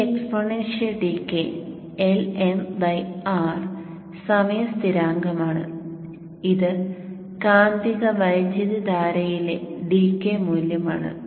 ഈ exponential decay Lm R സമയ സ്ഥിരാങ്കമാണ് ഇത് കാന്തിക വൈദ്യുതധാരയിലെ ഡീകെ മൂലമാണ്